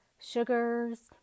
Sugars